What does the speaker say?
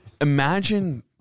Imagine